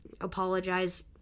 apologize